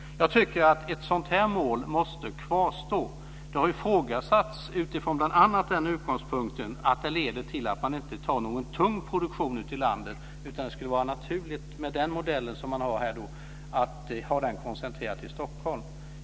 Jag tycker att ett sådant mål måste kvarstå. Det har ifrågasatts bl.a. från den utgångspunkten att det leder till att man inte förlägger någon tung produktion ute i landet utan att det med den modell som man har skulle vara naturligt att låta den vara koncentrerad till Stockholm.